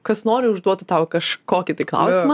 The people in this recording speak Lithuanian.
kas nori užduotų tau kažkokį tai klausimą